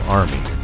army